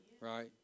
Right